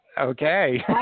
Okay